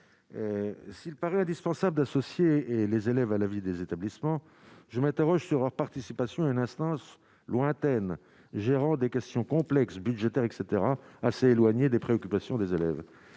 s'il paraît indispensable d'associer et les élèves à la vie des établissements, je m'interroge sur leur participation à une instance lointaine gérant des questions complexes budgétaire et caetera assez éloigné des préoccupations des élèves,